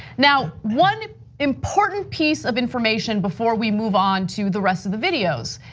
now, one important piece of information before we move on to the rest of the videos.